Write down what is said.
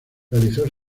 realizó